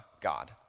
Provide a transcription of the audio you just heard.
God